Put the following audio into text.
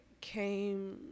came